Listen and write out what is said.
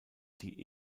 die